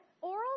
oral